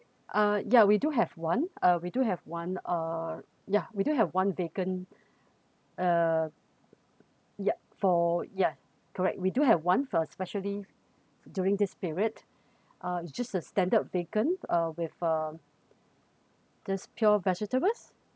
uh yeah we do have one uh we do have one uh yeah we do have one bacon uh yup for ya correct we do have one for especially during this period uh it's just a standard bacon uh with uh this pure vegetables